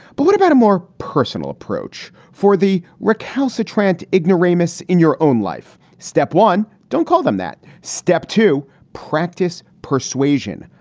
but what about a more personal approach for the recalcitrant ignoramus in your own life? step one, don't call them that. step to practice persuasion.